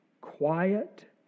quiet